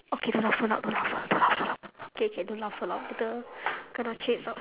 okay don't laugh so loud don't laugh so loud don't laugh so loud K K don't laugh so loud later kena chase out